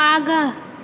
आगाँ